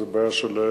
זאת בעיה שלהם,